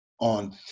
On